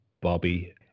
Bobby